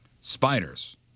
Spiders